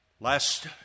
Last